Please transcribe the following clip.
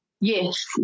Yes